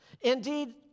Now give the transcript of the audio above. Indeed